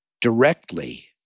directly